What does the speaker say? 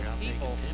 people